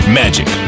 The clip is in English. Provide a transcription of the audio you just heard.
magic